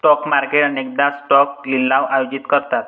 stock market अनेकदा stock लिलाव आयोजित करतात